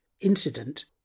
incident